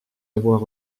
avoir